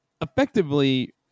effectively